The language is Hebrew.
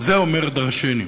זה אומר דורשני.